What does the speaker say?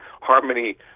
Harmony